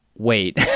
wait